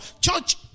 Church